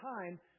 time